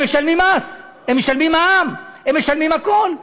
הם משלמים מס, הם משלמים מע"מ, הם משלמים הכול.